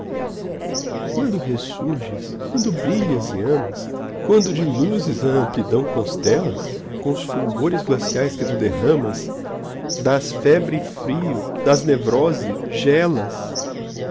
quando ressurges quando brilhas e amas quando de luzes a amplidão constelas com os fulgores glaciais que tu derramas das febre e frio dás nevrose gelas